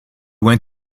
went